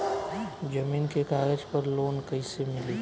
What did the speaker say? जमीन के कागज पर लोन कइसे मिली?